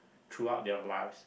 throughout their lives